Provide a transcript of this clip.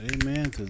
Amen